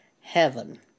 heaven